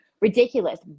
ridiculous